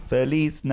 Feliz